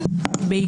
הרוויזיה נדחתה.